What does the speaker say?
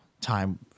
time